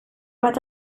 bat